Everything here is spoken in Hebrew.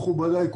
מכובדיי.